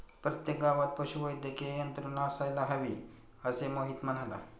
प्रत्येक गावात पशुवैद्यकीय यंत्रणा असायला हवी, असे मोहित म्हणाला